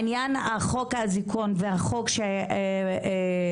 עניין חוק האזיקון וחוק הירושה,